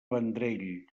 vendrell